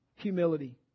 humility